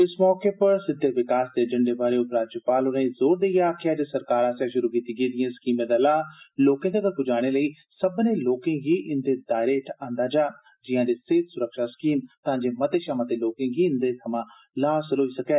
इस मौके पर सिद्दे विकास दे एजेंडे बारै उपराज्यपाल होरे जोर देइयै आक्खेया जे सरकार आस्सेया शुरु कीती गेदियें स्कीमें दा लाह लोकें तगर पुजाने लेई सब्बनें लोकें गी इन्दे दायरे हेठ आन्दा जा जियां जे सेहत सुरक्षा स्कीम तां जे मते शा मते लोकें गी इन्दे थमां लाह हासल होई सकै